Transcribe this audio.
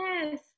Yes